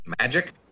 Magic